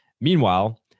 Meanwhile